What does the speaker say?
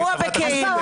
--- שימוע בכאילו.